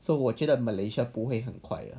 so 我觉得 malaysia 不会很快的